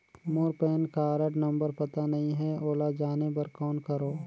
मोर PAN card number पता नहीं है, ओला जाने बर कौन करो?